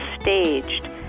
staged